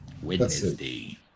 Wednesday